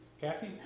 Kathy